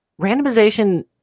randomization